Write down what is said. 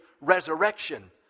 resurrection